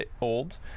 old